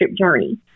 journey